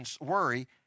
worry